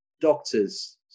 doctor's